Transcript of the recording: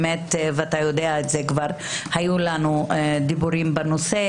ואתה יודע את זה כבר כי היו לנו דיבורים בנושא,